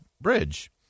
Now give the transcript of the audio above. Bridge